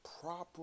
proper